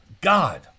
God